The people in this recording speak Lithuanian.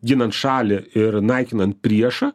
ginant šalį ir naikinant priešą